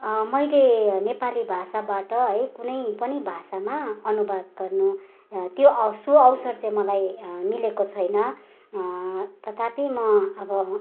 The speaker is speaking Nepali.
मैले नेपाली भाषाबाट है कुनै पनि भाषामा अनुवाद गर्नु वा त्यो अव सुअवसर चाहिँ मलाई मिलेको छैन तथापि म अब